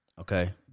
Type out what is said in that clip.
Okay